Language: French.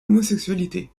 homosexualité